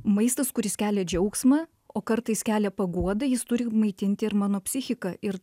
maistas kuris kelia džiaugsmą o kartais kelia paguodą jis turi maitinti ir mano psichiką ir